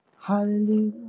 hallelujah